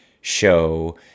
show